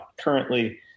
currently